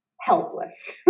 helpless